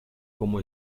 como